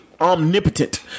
omnipotent